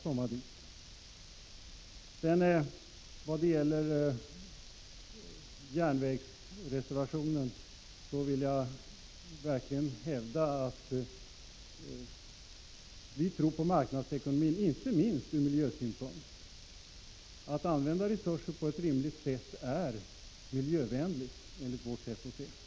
Sedan vill jag i vad gäller järnvägsreservationen verkligen hävda att vi tror på marknadsekonomin, inte minst från miljösynpunkt. Att använda resurser på ett rimligt sätt är miljövänligt enligt vårt sätt att se.